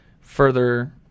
further